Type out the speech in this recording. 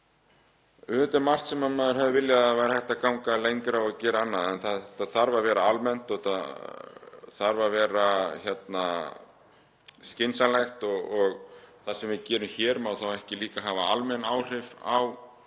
Auðvitað er margt sem maður hefði viljað að væri hægt að ganga lengra með og gera annað en þetta þarf að vera almennt og þetta þarf að vera skynsamlegt og það sem við gerum hér má ekki hafa almenn áhrif á